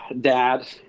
dad